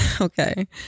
okay